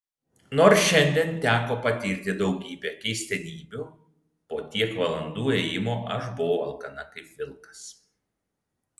nors šiandien teko patirti daugybę keistenybių po tiek valandų ėjimo aš buvau alkana kaip vilkas